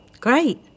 great